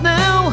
now